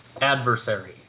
adversary